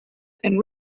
and